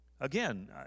Again